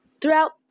Throughout